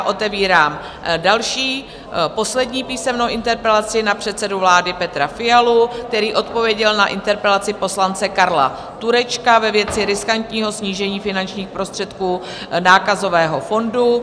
Otevírám další, poslední písemnou interpelaci na předsedu vlády Petra Fialu, který odpověděl na interpelaci poslance Karla Turečka ve věci riskantního snížení finančních prostředků Nákazového fondu.